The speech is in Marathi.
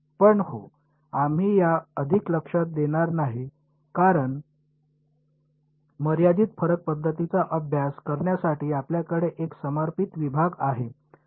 पण हो आम्ही यात अधिक लक्ष देणार नाही कारण मर्यादित फरक पद्धतींचा अभ्यास करण्यासाठी आपल्याकडे एक समर्पित विभाग आहे